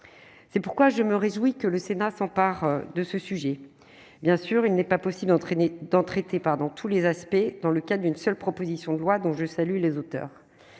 c'est pourquoi je me réjouis que le Sénat s'empare de ce sujet, bien sûr, il n'est pas possible dans traités par dans tous les aspects dans le cas d'une seule proposition de loi dont je salue les auteurs